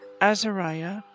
Azariah